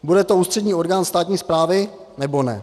Bude to ústřední orgán státní správy, nebo ne?